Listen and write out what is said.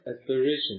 aspiration